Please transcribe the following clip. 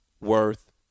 worth